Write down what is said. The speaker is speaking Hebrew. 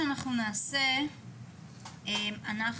אנחנו